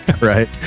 right